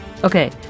Okay